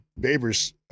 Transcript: Babers